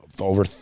Over